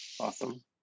Awesome